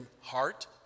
heart